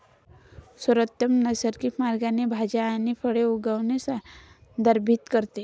सर्वोत्तम नैसर्गिक मार्गाने भाज्या आणि फळे उगवणे संदर्भित करते